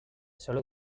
solo